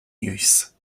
use